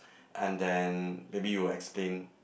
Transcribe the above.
and then maybe you explain